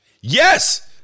Yes